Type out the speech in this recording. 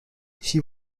she